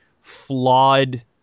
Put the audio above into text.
flawed